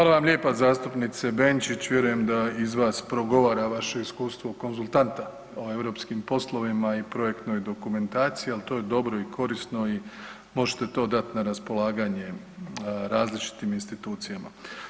lijepa zastupnice Benčić, vjerujem da iz vas progovara vaše iskustvo konzultanta o europskim poslovima i projektnoj dokumentaciji, ali to je dobro i korisno i možete to dati na raspolaganje različitim institucijama.